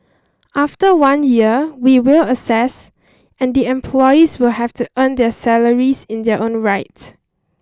after one year we will assess and the employees will have to earn their salaries in their own right